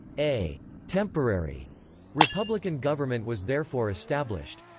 a temporary republican government was therefore established.